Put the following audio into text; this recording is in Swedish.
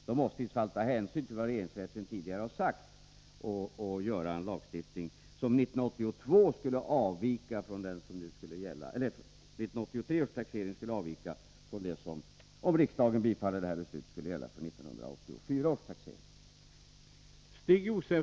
Vi måste i alla fall ta hänsyn till vad regeringsrätten förut har sagt när det gäller att genomföra en lagstiftning som vid 1983 års taxering avviker från vad som skulle gälla för 1984 års taxering, om riksdagen bifaller det framlagda förslaget.